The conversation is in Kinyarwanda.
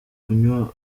kunywa